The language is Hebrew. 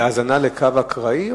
זו האזנה לקו אקראי?